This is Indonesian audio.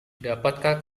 dapatkah